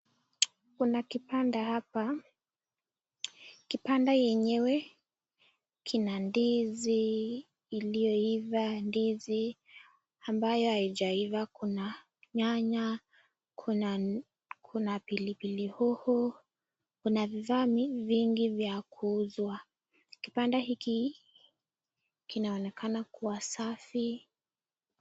Kuna kipanda hapa, kipanda yenyewe kina ndizi iliyoifaa ndizi ambaye haijaifaa, kuna nyanya kuna pililpili hoho , kuna fivaa vingi vya kuswa. Kipanda hiki kinaonekana kuwa safi.